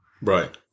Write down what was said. Right